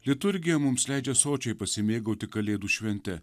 liturgija mums leidžia sočiai pasimėgauti kalėdų švente